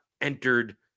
entered